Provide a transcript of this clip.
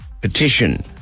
petition